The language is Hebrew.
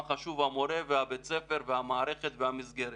חשוב המורה ובית הספר והמערכת והמסגרת,